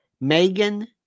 Megan